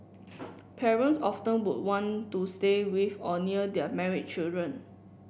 parents often would want to stay with or near their married children